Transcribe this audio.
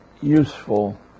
useful